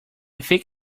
thick